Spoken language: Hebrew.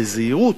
בזהירות,